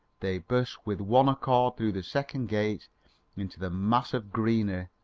they burst with one accord through the second gate into the mass of greenery,